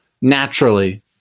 naturally